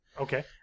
Okay